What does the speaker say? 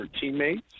teammates